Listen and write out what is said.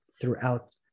throughout